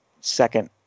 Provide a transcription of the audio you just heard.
second